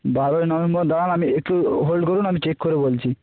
বারোই নভেম্বর দাঁড়ান আমি একটু হোল্ড করুন আমি চেক করে বলছি